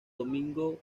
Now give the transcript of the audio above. domingo